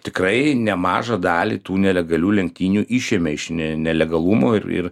tikrai nemažą dalį tų nelegalių lenktynių išėmė iš ne nelegalumo ir ir